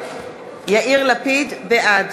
בעד